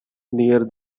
near